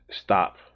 Stop